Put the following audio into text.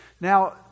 Now